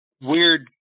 weird